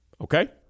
okay